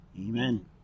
Amen